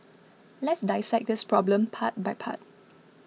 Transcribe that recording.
let's dissect this problem part by part